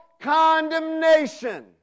condemnation